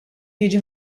jiġi